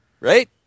Right